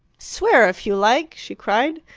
swear if you like! she cried.